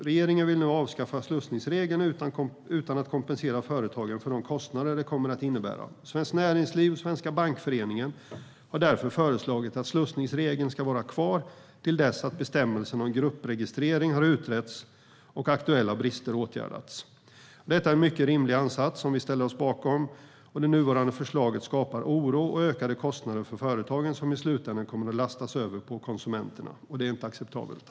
Regeringen vill nu avskaffa slussningsregeln utan att kompensera företagen för de kostnader det kommer att innebära. Svenskt Näringsliv och Svenska Bankföreningen har därför föreslagit att slussningsregeln ska vara kvar till dess att bestämmelserna om gruppregistrering har utretts och aktuella brister åtgärdats. Detta är en mycket rimlig ansats som vi ställer oss bakom. Det nuvarande förslaget skapar oro och ökade kostnader för företagen - kostnader som i slutändan kommer att lastas över på konsumenterna. Det är inte acceptabelt.